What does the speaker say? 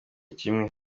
kimwe